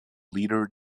leader